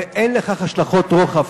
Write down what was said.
ואין לכך השלכות רוחב,